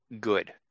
good